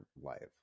life